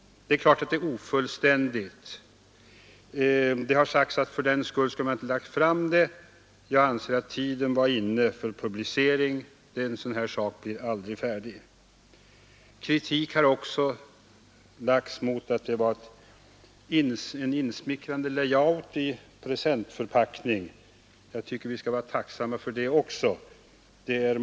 Det är klart, att det är ofullständigt. Det har sagts att man för den skull inte skulle ha lagt fram det, men jag anser att tiden var inne för publicering, eftersom en sådan här sak aldrig blir färdig. Kritik har också riktats mot att det fått en insmickrande layout i presentförpackning. Jag tycker vi skall vara tacksamma också för det.